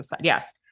Yes